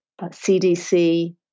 CDC